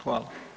Hvala.